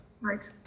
Right